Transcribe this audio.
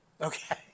Okay